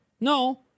No